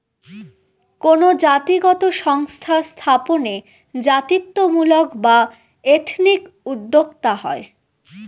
কোনো জাতিগত সংস্থা স্থাপনে জাতিত্বমূলক বা এথনিক উদ্যোক্তা হয়